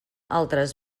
altres